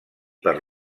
per